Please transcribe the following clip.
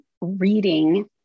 reading